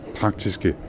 praktiske